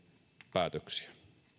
päätöksiä